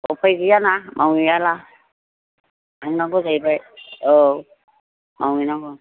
उफाय गैयाना मावहैयाब्ला मावनांगौ जाहैबाय औ मावहैनांगौ